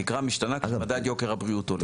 התקרה משתנה כשמדד יוקר הבריאות עולה.